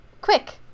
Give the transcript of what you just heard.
Quick